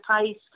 pace